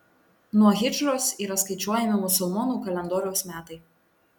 nuo hidžros yra skaičiuojami musulmonų kalendoriaus metai